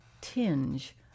tinge